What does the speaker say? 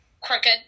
crooked